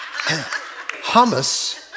Hummus